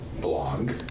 blog